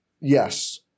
Yes